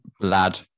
lad